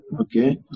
okay